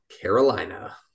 Carolina